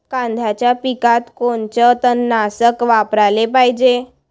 कांद्याच्या पिकात कोनचं तननाशक वापराले पायजे?